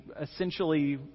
essentially